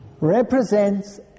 represents